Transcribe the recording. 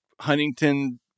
Huntington